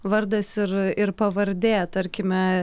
vardas ir ir pavardė tarkime